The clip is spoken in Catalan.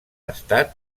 estat